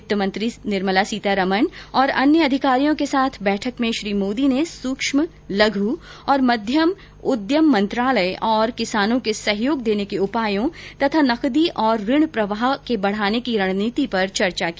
वित्त मंत्री निर्मला सीतारमन और अन्य अधिकारियों के साथ बैठक में श्री मोदी ने सूक्ष्म लघू और मध्यम उद्यम मंत्रालय और किसानों को सहयोग देने के उपायों तथा नकदी और ऋण प्रवाह बढाने की रणनीति पर चर्चा की